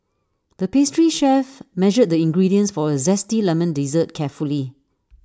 the pastry chef measured the ingredients for A Zesty Lemon Dessert carefully